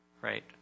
Right